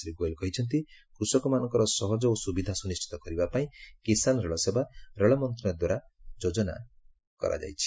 ଶ୍ରୀ ଗୋଏଲ କହିଛନ୍ତି ଯେ କୃଷକମାନଙ୍କର ସହଜ ଓ ସୁବିଧା ସୁନିଶ୍ଚିତ କରିବା ପାଇଁ କିଶାନ ରେଳସେବା ରେଳମନ୍ତ୍ରଣାଳୟ ଦ୍ୱାରା ଯୋଜନା କରାଯାଇଛି